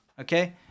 Okay